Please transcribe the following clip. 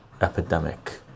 epidemic